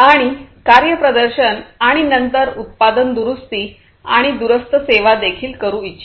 आणि कार्यप्रदर्शन आणि नंतर उत्पादन दुरुस्ती आणि दूरस्थ सेवा देखील करू इच्छितो